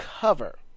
cover